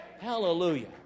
Hallelujah